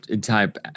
type